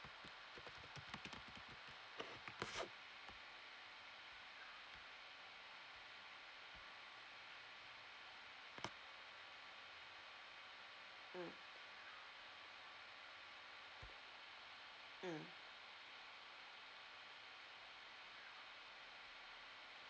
mm mm